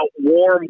warm